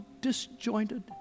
disjointed